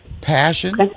Passion